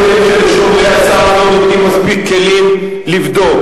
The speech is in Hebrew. הבעיות הן שלשומרי הסף לא נותנים מספיק כלים לבדוק,